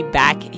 back